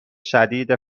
شدید